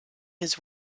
his